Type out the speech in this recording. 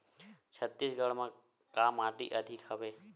छत्तीसगढ़ म का माटी अधिक हवे?